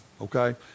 okay